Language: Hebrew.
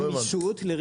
לא הבנתי.